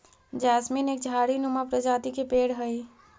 jasmine एक झाड़ी नुमा प्रजाति के पेड़ हई